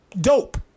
Dope